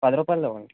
పది రూపాయలది ఇవ్వండి